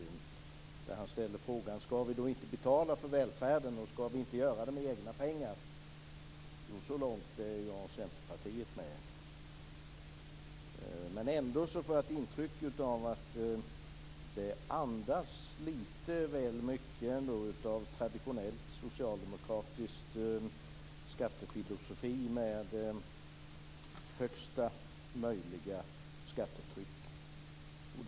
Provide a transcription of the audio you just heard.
Han ställde frågan: Skall vi inte betala för välfärden, och skall vi inte göra det med egna pengar? Jo, så långt är jag och Centerpartiet med. Jag får ändå intrycket att resonemanget lite väl mycket andas traditionell socialdemokratisk skattefilosofi med högsta möjliga skattetryck.